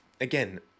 again